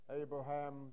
Abraham